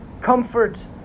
comfort